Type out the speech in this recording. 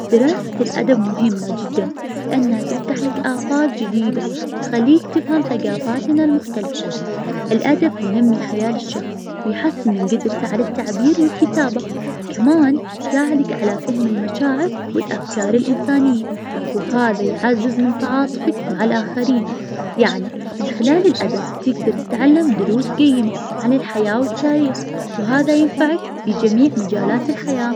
الأدب مهمة جداً, لأنها تفتح لك آفاق جديدة, وتخليك تفهم ثقافاتنا المختلفة, الأدب ينمي خيال الشخص, ويحسن من قدرته على التعبير والكتابة, كمان يساعدك على فهم المشاعر والأفكار الإنسانية, وهذا يعزز من تعاطفك مع الآخرين, يعني من خلال الأدب تقدر تتعلم دروس قيمة عن الحياة والتاريخ, وهذا ينفعك في جميع مجالات الحياة.